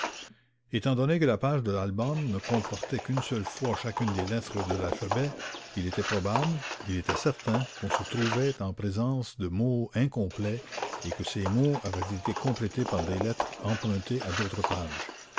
étant donné que la page de l'album ne comportait qu'une seule fois chacune des lettres de l'alphabet il était probable il était certain qu'on se trouvait en présence de mots incomplets et que ces mots avaient été complétés par des lettres empruntées à d'autres pages